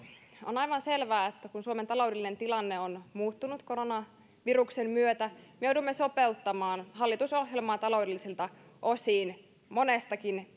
on aivan selvää että kun suomen taloudellinen tilanne on muuttunut koronaviruksen myötä me joudumme sopeuttamaan hallitusohjelmaa taloudellisilta osin monestakin